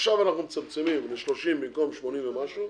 עכשיו אנחנו מצמצמים ל-30 במקום 80 ומשהו.